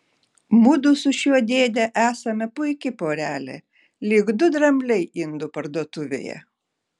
mudu su šiuo dėde esame puiki porelė lyg du drambliai indų parduotuvėje